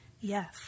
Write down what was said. Yes